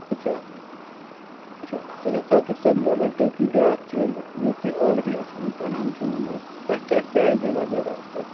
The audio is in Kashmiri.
اچھا اچھا اچھا ساقِب صٲب مےٚ ؤنۍتو تُہۍ بیٛاکھ چیٖز ییٚتہِ تُہۍ آلرٔڈی ٲسِو نا کران کٲم حظ تۄہہِ کیٛاہ سیلری وغیرہ ٲس تَتہِ